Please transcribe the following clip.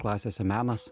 klasėse menas